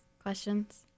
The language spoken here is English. questions